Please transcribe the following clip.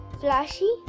flashy